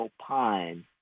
opine